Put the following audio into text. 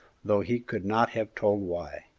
though he could not have told why.